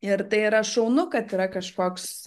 ir tai yra šaunu kad yra kažkoks